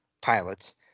pilots